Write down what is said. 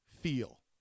feel